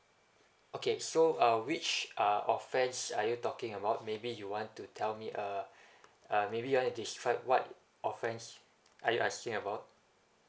okay so uh which uh offense are you talking about maybe you want to tell me uh uh maybe you want to describe what offense are you asking about